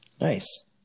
Nice